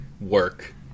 work